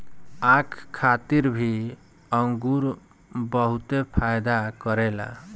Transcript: आँख खातिर भी अंगूर बहुते फायदा करेला